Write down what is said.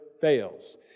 fails